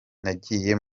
nagiye